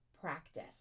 practice